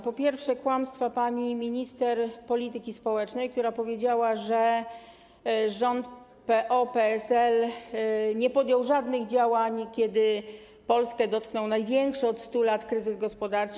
Po pierwsze, kłamstwa pani minister polityki społecznej, która powiedziała, że rząd PO-PSL nie podjął żadnych działań, kiedy Polskę dotknął największy od 100 lat kryzys gospodarczy.